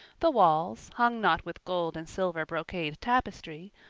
the walls, hung not with gold and silver brocade tapestry,